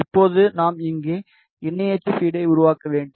இப்போது நாம் இங்கே இணை அச்சு ஃபீடை உருவாக்க வேண்டும்